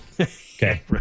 Okay